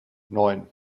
neun